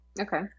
Okay